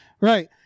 right